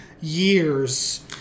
years